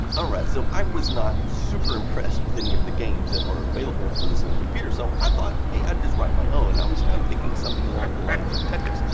ah right, so i was not super impressed with any of the games that are available for this little computer, so i thought i'll ah just write my own. i was kind of thinking something along the lines of tetris.